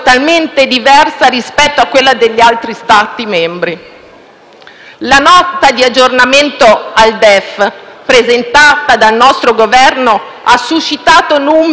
La Nota di aggiornamento al DEF presentata dal nostro Governo ha suscitato numerose perplessità. Sinceramente non le comprendo.